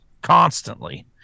constantly